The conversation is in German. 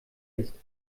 ist